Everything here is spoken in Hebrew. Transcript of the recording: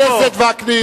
חבר הכנסת וקנין.